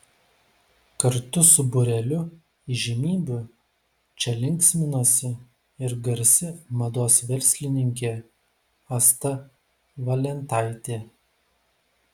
kartu su būreliu įžymybių čia linksminosi ir garsi mados verslininkė asta valentaitė